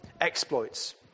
exploits